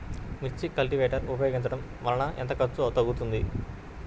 మిర్చి కల్టీవేటర్ ఉపయోగించటం వలన ఎంత ఖర్చు తగ్గుతుంది?